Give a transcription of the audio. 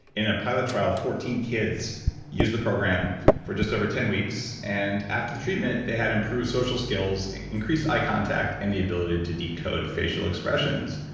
in a pilot trial fourteen kids used the program for just over ten weeks, and after the treatment they had improved social skills, increased eye contact and the ability to decode facial expressions.